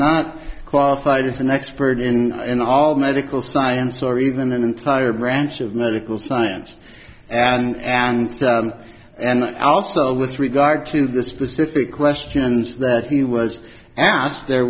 not qualified as an expert in in all medical science or even an entire branch of medical science and and and also with regard to the specific questions that he was asked there